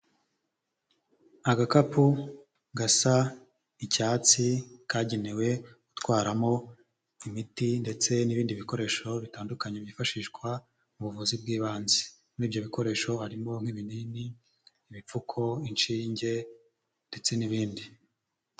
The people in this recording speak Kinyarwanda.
Agakapu gasa icyatsi kagenewe gutwaramo imiti ndetse n'ibindi bikoresho bitandukanye byifashishwa mu buvuzi bw'ibanze, muri ibyo bikoresho harimo nk'ibinini, ibipfuko, inshinge ndetse n'ibindi.